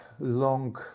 long